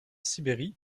sibérie